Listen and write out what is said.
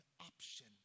option